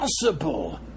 possible